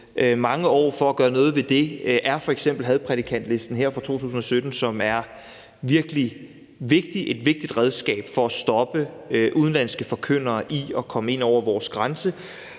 mange år for at gøre noget ved det, er f.eks. hadprædikantlisten her fra 2017, som er virkelig vigtig. Den er et vigtigt redskab til at stoppe udenlandske forkyndere i at komme ind over vores grænse